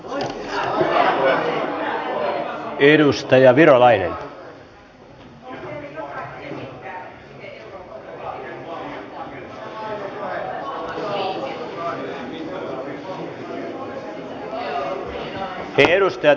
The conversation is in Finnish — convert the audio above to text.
arvoisat edustajat